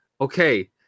okay